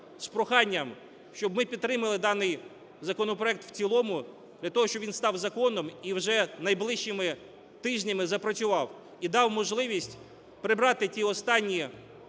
з проханням, щоб ми підтримали даний законопроект в цілому для того, щоб він став законом і вже найближчими тижнями запрацював, і дав можливість прибрати ті останні